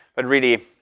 but really,